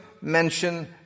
mention